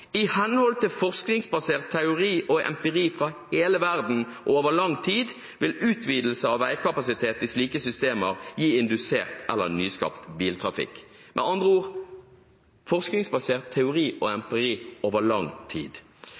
henhold til forskningsbasert teori og empiri fra hele verden over lang tid vil utvidelse av veikapasitet i slike systemer gi indusert eller nyskapt biltrafikk.» Med andre ord – forskningsbasert teori og empiri over lang tid.